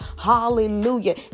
hallelujah